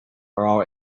our